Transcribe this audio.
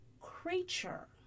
creature